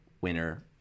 winner